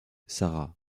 sara